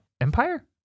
Empire